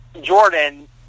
Jordan